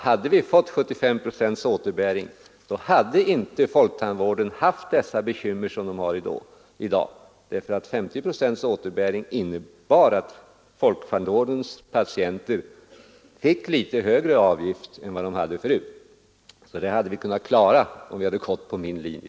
Hade vi fått 75 procents återbäring skulle inte folktandvården haft dessa bekymmer som den har i dag. 50 procents återbäring innebar ju att folktandvårdens patienter fick litet högre avgifter än förut. Det hade vi kunnat undvika, om vi gått på min linje.